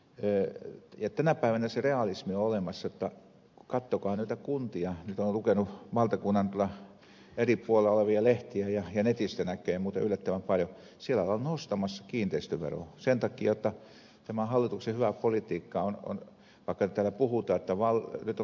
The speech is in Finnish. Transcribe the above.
tänä päivänä se realismi on olemassa katsokaa näitä kuntia mitä olen lukenut valtakunnan eri puolilta olevia lehtiä ja netistä näkee muuten yllättävän paljon että ollaan nostamassa kiinteistöveroa sen takia jotta tämä hallituksen hyvä politiikka ei onnistu vaikka täällä puhutaan että nyt ovat kunnat saaneet lisää rahaa